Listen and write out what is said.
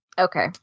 Okay